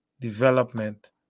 development